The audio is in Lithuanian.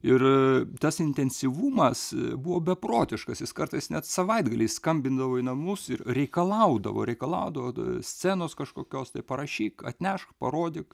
ir tas intensyvumas buvo beprotiškas jis kartais net savaitgaliais skambindavo į namus ir reikalaudavo reikalaudavo scenos kažkokios tai parašyk atnešk parodyk